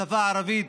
השפה הערבית